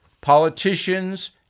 politicians